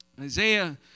Isaiah